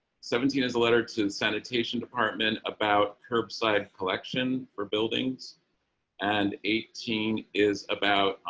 seventeen is a letter to sanitation department about curbside collection for buildings and eighteen is about